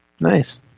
Nice